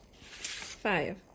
Five